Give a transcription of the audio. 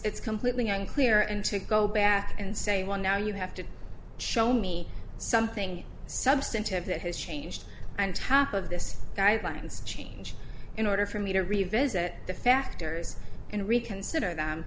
it's completely unclear and to go back and say well now you have to show me something substantive that has changed and tap of this guideline change in order for me to revisit the factors in reconsider them